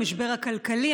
המשבר הכלכלי,